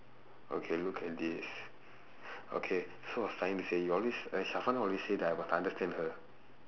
okay look at this okay so I was trying to say you always always say that I must understand her